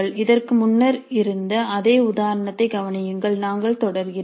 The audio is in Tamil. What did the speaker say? இதற்கு முன்னர் இருந்த அதே உதாரணத்தை கவனியுங்கள் நாங்கள் தொடர்கிறோம்